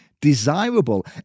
desirable